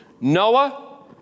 Noah